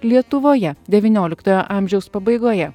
lietuvoje devynioliktoje amžiaus pabaigoje